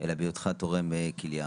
אלא בהיותך תורם כליה.